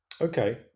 Okay